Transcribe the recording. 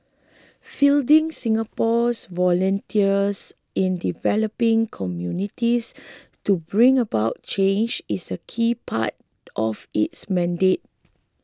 fielding Singapore's volunteers in developing communities to bring about change is a key part of its mandate